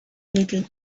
little